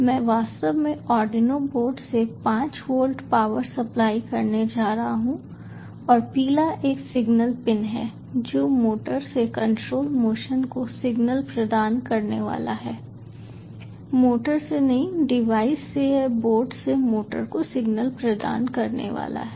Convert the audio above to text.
मैं वास्तव में आर्डिनो बोर्ड से 5 वोल्ट पावर सप्लाई करने जा रहा हूं और पीला एक सिग्नल पिन है जो मोटर से कंट्रोल मोशन को सिग्नल प्रदान करने वाला है मोटर से नहीं डिवाइस से यह बोर्ड से मोटर को सिग्नल प्रदान करने वाला है